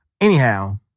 Anyhow